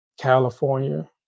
California